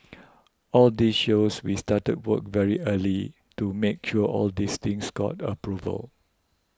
all this shows we started work very early to make sure all these things got approval